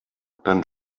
dann